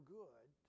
good